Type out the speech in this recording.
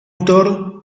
autor